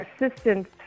assistance